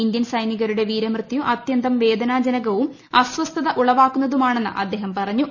Indian സൈനികരുടെ വീരമൃത്യു അതൃന്തം വേദനാജനകവും അസ്വസ്ഥത ഉളവാക്കുന്നതുമാണെന്ന് അദ്ദേഹം പറഞ്ഞു